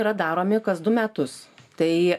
yra daromi kas du metus tai